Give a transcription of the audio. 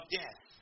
death